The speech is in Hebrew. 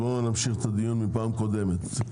בואו נמשיך את הדיון מפעם קודמת.